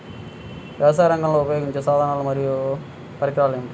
వ్యవసాయరంగంలో ఉపయోగించే సాధనాలు మరియు పరికరాలు ఏమిటీ?